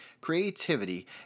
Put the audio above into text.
creativity